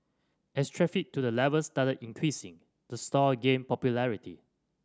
as traffic to the level started increasing the store again popularity